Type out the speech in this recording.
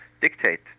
dictate